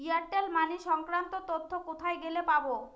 Airtel money সংক্রান্ত তথ্য কোথায় গেলে পাব?